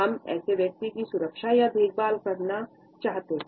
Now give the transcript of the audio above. हमें ऐसे व्यक्ति की सुरक्षा या देखभाल करना चाहते हैं